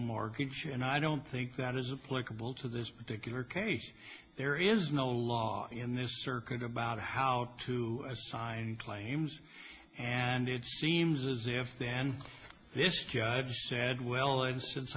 mortgage and i don't think that is a plink bill to this particular case there is no law in this circuit about how to assign claims and it seems as if then this judge said well and since